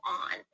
on